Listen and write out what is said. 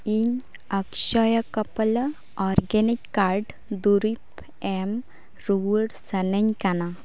ᱤᱧ ᱚᱠᱠᱥᱚᱭᱟᱠᱚᱞᱯᱚ organic card ᱫᱩᱨᱤᱵ ᱮᱢ ᱨᱩᱣᱟᱹᱲ ᱥᱟᱱᱟᱧ ᱠᱟᱱᱟ